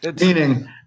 Meaning